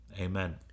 amen